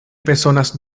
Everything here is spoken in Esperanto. bezonas